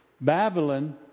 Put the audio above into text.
Babylon